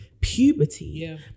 puberty